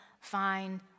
find